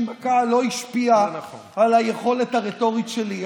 בקהל לא השפיעה על היכולת הרטורית שלי.